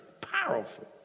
Powerful